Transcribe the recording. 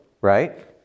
right